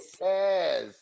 Yes